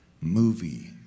movie